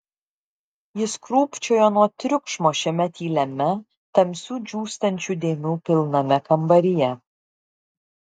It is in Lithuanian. jis krūpčiojo nuo triukšmo šiame tyliame tamsių džiūstančių dėmių pilname kambaryje